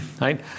right